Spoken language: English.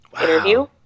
interview